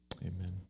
amen